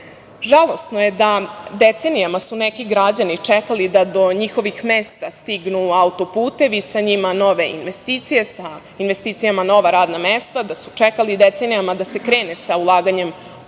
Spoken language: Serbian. Žalosno je da su decenijama neki građani čekali da do njihovih mesta stignu autoputevi i sa njima nove investicije, sa investicijama nova radna mesta, da su čekali decenijama da se krene sa ulaganjem